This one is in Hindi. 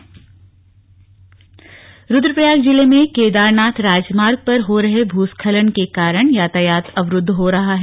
मार्ग बाधित रुद्वप्रयाग जिले में केदारनाथ राजमार्ग पर हो रहे भूस्खलन के कारण यातायात अवरूद्व हो रहा है